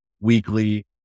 weekly